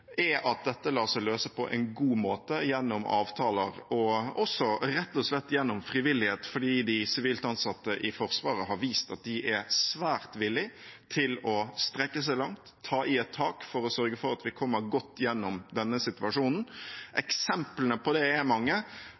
er at dette lar seg løse på en god måte gjennom avtaler, og også rett og slett gjennom frivillighet, fordi de sivilt ansatte i Forsvaret har vist at de er svært villige til å strekke seg langt og ta i et tak for å sørge for at vi kommer godt gjennom denne situasjonen. Eksemplene på det er mange,